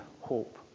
hope